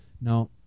Now